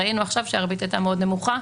ראינו עכשיו שהריבית הייתה מאוד נמוכה,